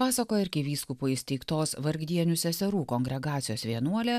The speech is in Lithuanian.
pasakoja arkivyskupo įsteigtos vargdienių seserų kongregacijos vienuolė